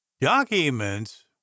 Documents